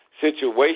situation